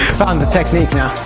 found the technique now